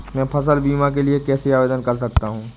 मैं फसल बीमा के लिए कैसे आवेदन कर सकता हूँ?